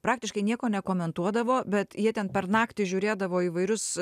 praktiškai nieko nekomentuodavo bet jie ten per naktį žiūrėdavo įvairius